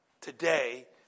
today